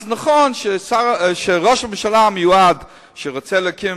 אז נכון שראש הממשלה המיועד שרוצה להקים